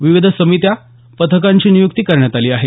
विविध समित्या पथकांची नियुक्ती करण्यात आली आहे